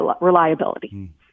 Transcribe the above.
reliability